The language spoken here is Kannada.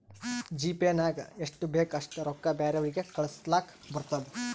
ಜಿಪೇ ನಾಗ್ ಎಷ್ಟ ಬೇಕ್ ಅಷ್ಟ ರೊಕ್ಕಾ ಬ್ಯಾರೆವ್ರಿಗ್ ಕಳುಸ್ಲಾಕ್ ಬರ್ತುದ್